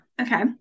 okay